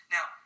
Now